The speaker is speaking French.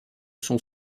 son